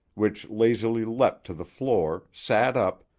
which lazily leapt to the floor, sat up,